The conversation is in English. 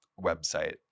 website